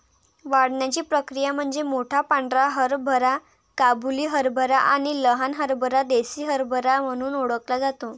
वाढण्याची प्रक्रिया म्हणजे मोठा पांढरा हरभरा काबुली हरभरा आणि लहान हरभरा देसी हरभरा म्हणून ओळखला जातो